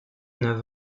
neuf